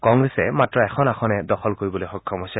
কংগ্ৰেছে মাত্ৰ এখন আসনহে দখল কৰিবলৈ সক্ষম হৈছে